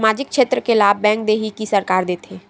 सामाजिक क्षेत्र के लाभ बैंक देही कि सरकार देथे?